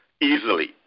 easily